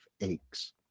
aches